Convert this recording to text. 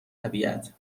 طبیعت